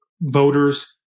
voters